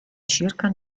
circa